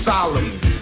Solomon